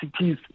cities